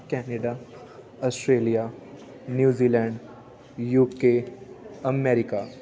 Canada Australia New Zealand UK America